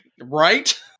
Right